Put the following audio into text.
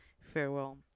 farewell